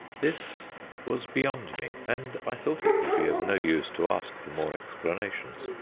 this was beyond me, and i thought it would be of no use to ask for more explanations.